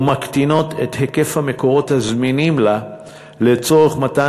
ומקטינות את היקף המקורות הזמינים לה לצורך מתן